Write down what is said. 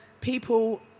people